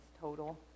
total